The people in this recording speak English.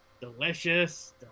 Delicious